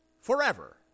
forever